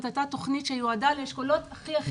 זו הייתה תוכנית שיועדה לאשכולות הכי-הכי נמוכים.